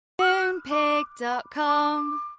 Moonpig.com